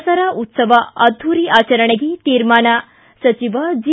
ದಸರಾ ಉತ್ಸವ ಅದ್ದೂರಿ ಆಚರಣೆಗೆ ತೀರ್ಮಾನ ಸಚಿವ ಜೆ